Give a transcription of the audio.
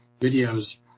videos